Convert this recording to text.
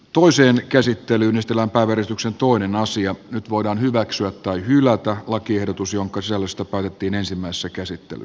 toiseen käsittelyyn estellä artuksen toinen nyt voidaan hyväksyä tai hylätä lakiehdotus jonka sisällöstä päätettiin ensimmäisessä käsittelyssä